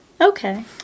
Okay